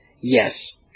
yes